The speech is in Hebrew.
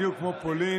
בדיוק כמו פולין,